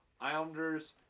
Islanders